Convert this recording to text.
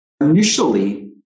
Initially